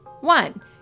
One